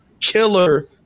killer